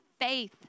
faith